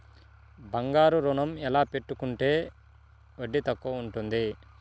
బంగారు ఋణం ఎలా పెట్టుకుంటే వడ్డీ తక్కువ ఉంటుంది?